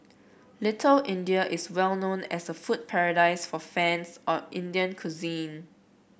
Little India is well known as a food paradise for fans of Indian cuisine